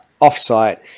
off-site